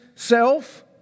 Self